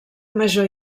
major